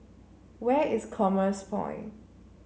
where is Commerce Point